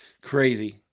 Crazy